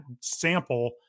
sample